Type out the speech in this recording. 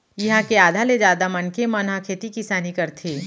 इहाँ के आधा ले जादा मनखे मन ह खेती किसानी करथे